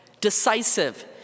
decisive